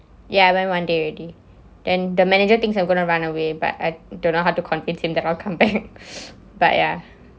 ya I went one day already then the manager thinks I'm gonna run away but I don't know how to convince him that I'll come but ya